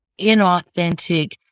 inauthentic